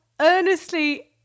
earnestly